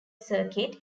circuit